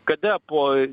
kada po